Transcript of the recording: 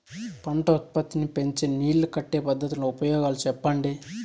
పంట ఉత్పత్తి నీ పెంచే నీళ్లు కట్టే పద్ధతుల ఉపయోగాలు చెప్పండి?